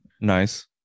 nice